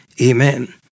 Amen